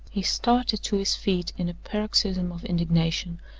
he started to his feet in a paroxysm of indignation,